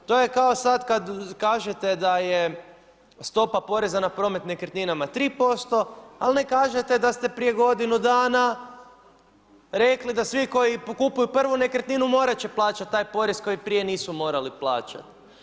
To je kao sada kada kažete da je stopa poreza na promet nekretninama 3%, a ne kažete da ste prije godinu dana, rekli, da svi koji kupuju prvu nekretninu, morati će plaćati taj porez koji prije nisu morali plaćati.